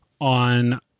on